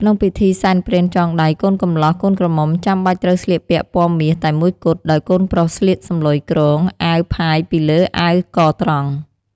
ក្នុងពិធីសែនព្រេនចងដៃ កូនកំលោះ កូនក្រមុំចាំបាច់ត្រូវស្លៀកពាក់ពណ៌មាសតែមួយគត់ ដោយកូនប្រុសស្លៀកសំឡុយគ្រង អាវផាយពីលើអាវកត្រង់។